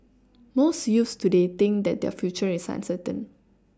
most youths today think that their future is uncertain